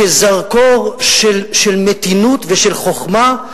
כזרקור של מתינות ושל חוכמה.